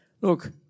Look